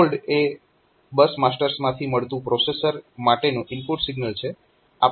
HOLD એ bus માસ્ટર્સમાંથી મળતું પ્રોસેસર માટેનું ઇનપુટ સિગ્નલ છે